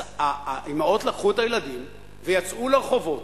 אז האמהות לקחו את הילדים ויצאו לרחובות.